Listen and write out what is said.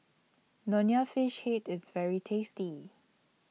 Nonya Fish Head IS very tasty